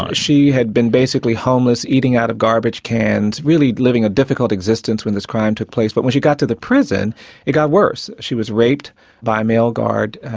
ah she had been basically homeless, eating out of garbage cans, really living a difficult existence when this crime took place, but when she got to the prison it got worse. she was raped by a male guard,